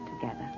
together